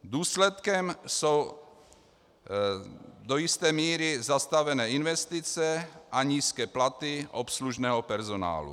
Důsledkem jsou do jisté míry zastavené investice a nízké platy obslužného personálu.